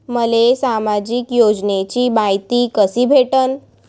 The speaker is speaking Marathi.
मले सामाजिक योजनेची मायती कशी भेटन?